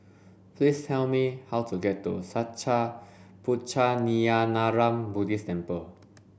please tell me how to get to Sattha Puchaniyaram Buddhist Temple